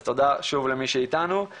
אז תודה שוב למי שאיתנו,